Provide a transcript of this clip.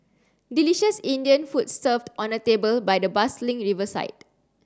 delicious Indian food served on a table by the bustling riverside